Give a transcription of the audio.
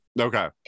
okay